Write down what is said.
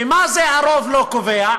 ומה זה הרוב לא קובע?